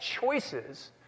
choices